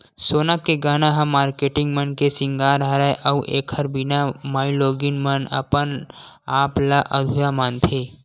सोना के गहना ह मारकेटिंग मन के सिंगार हरय अउ एखर बिना माइलोगिन मन अपन आप ल अधुरा मानथे